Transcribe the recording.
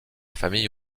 famille